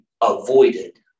avoided